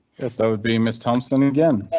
yes that would be miss thompson again.